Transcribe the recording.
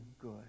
good